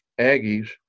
Aggies